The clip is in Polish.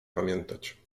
pamiętać